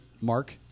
mark